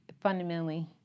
fundamentally